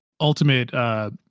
ultimate